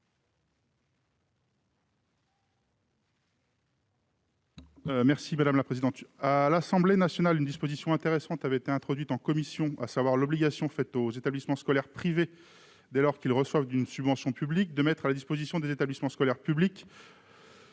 l'amendement n° 66. À l'Assemblée nationale, une disposition intéressante avait été introduite en commission : l'obligation faite aux établissements scolaires privés, dès lors qu'ils reçoivent une subvention publique, de mettre à la disposition des établissements scolaires publics